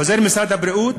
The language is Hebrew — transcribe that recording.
חוזר משרד הבריאות